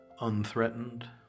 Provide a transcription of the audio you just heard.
unthreatened